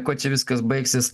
kuo čia viskas baigsis